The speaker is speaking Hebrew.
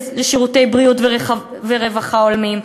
לשירותי בריאות ורווחה הולמים,